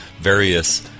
various